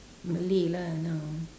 malay lah now